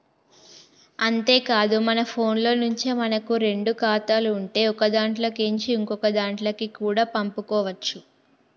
అంతేకాదు మన ఫోన్లో నుంచే మనకు రెండు ఖాతాలు ఉంటే ఒకదాంట్లో కేంచి ఇంకోదాంట్లకి కూడా పంపుకోవచ్చు